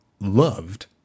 loved